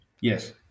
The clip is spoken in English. Yes